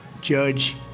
Judge